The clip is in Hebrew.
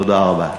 תודה רבה.